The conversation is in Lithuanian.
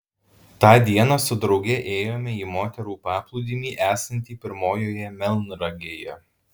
tą dieną su drauge ėjome į moterų paplūdimį esantį pirmojoje melnragėje